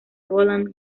roland